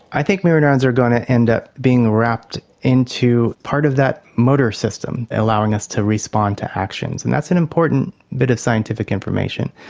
i think mirror neurons are going to end up being wrapped into part of that motor system, allowing us to respond to actions. and that's an important bit of scientific information.